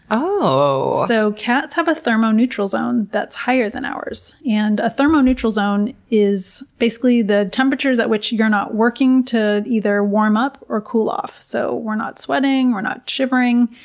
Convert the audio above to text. so cats have a thermoneutral zone that's higher than ours. and a thermoneutral zone is, basically, the temperatures at which you're not working to either warm up or cool off. so, we're not sweating, we're not shivering,